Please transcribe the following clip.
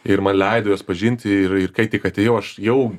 ir man leido juos pažinti ir kai tik atėjau aš jau